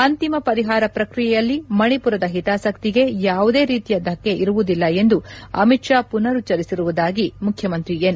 ಅಂತಿಮ ಪರಿಹಾರ ಪ್ರಕ್ರಿಯೆಯಲ್ಲಿ ಮಣಿಪುರದ ಹಿತಾಸಕ್ತಿಗೆ ಯಾವುದೇ ರೀತಿಯ ಧಕ್ಕೆ ಇರುವುದಿಲ್ಲ ಎಂದು ಅಮಿತ್ ಶಾ ಪುನರುಚ್ಚರಿಸಿರುವುದಾಗಿ ಮುಖ್ಯಮಂತ್ರಿ ಎನ್